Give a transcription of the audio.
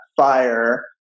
fire